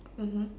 mmhmm